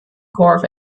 corps